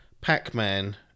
Pac-Man